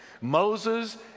Moses